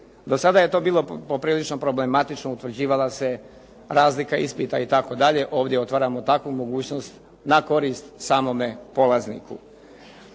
Do sada je to bilo poprilično problematično, utvrđivala se razlika ispita itd. Ovdje otvaramo takvu mogućnost na korist samome polazniku.